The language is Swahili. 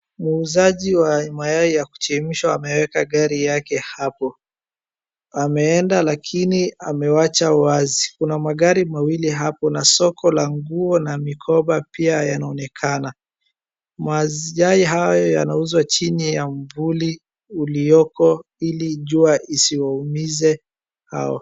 Muuzaji wa mayai ya kuchemshwa ameweka gari yake hapo. Ameenda lakini amewacha wazi. Kuna magari mawili hapo na soko la nguo na mikoba pia yanaonekana. Mayai hayo yanauzwa chini ya mvuli ulioko ili jua isiwaumize hao.